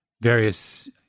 various